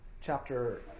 Chapter